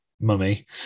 Mummy